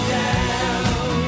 down